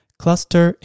cluster